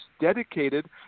dedicated